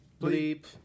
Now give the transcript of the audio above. bleep